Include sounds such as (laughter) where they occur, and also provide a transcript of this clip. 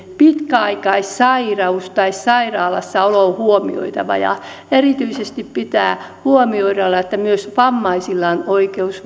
pitkäaikaissairaus tai sairaalassaolo on huomioitava ja erityisesti pitää huomioida että myös vammaisilla on oikeus (unintelligible)